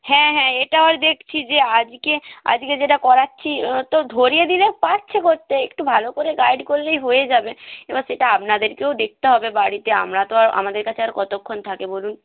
হ্যাঁ হ্যাঁ এটা ওর দেখছি যে আজকে আজকে যেটা করাচ্ছি ও তো ধরিয়ে দিলে পারছে করতে একটু ভালো করে গাইড করলেই হবে যাবে এবার সেটা আপনাদেরকেও দেখতে হবে বাড়িতে আমরা তো আর আমাদের কাছে আর কতক্ষণ থাকে বলুন